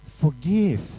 Forgive